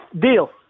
Deal